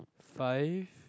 five